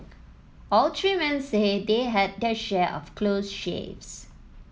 all three men say they had their share of close shaves